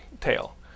tail